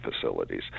facilities